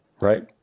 Right